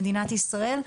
מדינת ישראל,